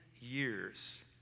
years